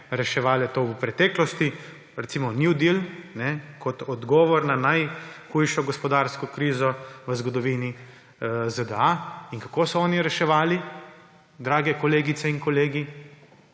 reševale to v preteklosti. Recimo new deal kot odgovor na najhujšo gospodarsko krizo v ZDA. Kako so oni reševali, drage kolegice in kolegi?